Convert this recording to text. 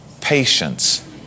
patience